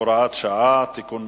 (הוראות שעה) (תיקון מס'